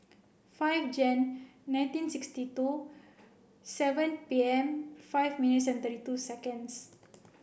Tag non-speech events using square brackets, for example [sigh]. five Jan nineteen sixty two seven P M five minutes [unintelligible] two seconds